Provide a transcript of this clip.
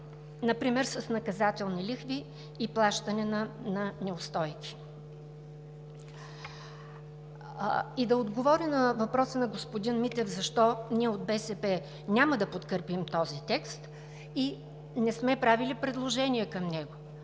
например с наказателни лихви и плащане на неустойки. Да отговоря на въпроса на господин Митев: защо ние от БСП няма да подкрепим този текст и не сме правили предложения към него?